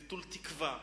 נטול תקווה,